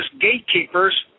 gatekeepers